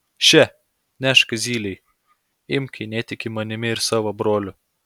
še nešk zylei imk jei netiki manimi ir savo broliu